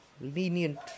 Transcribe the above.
lenient